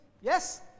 Yes